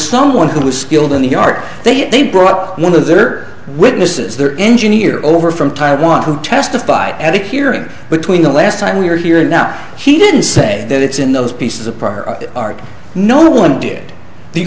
someone who was skilled in the art they brought one of their witnesses their engineer over from taiwan who testified at a hearing between the last time we were here and now he didn't say that it's in those pieces of prior art no one did the